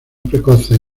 precoces